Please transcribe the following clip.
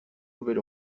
nouvel